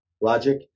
logic